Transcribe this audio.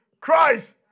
Christ